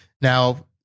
now